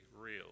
real